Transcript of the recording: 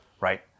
right